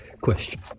question